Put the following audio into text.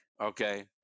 Okay